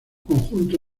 conjunto